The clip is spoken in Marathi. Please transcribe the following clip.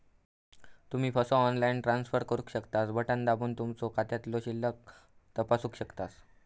तुम्ही पसो ऑनलाईन ट्रान्सफर करू शकतास, बटण दाबून तुमचो खात्यातलो शिल्लक तपासू शकतास